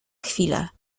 chwilę